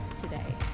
today